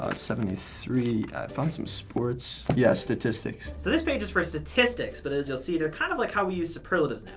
ah seventy three. i found some sports. yes, statistics. so, this page is for statistics, but as you'll see, they're kind of like how we use superlatives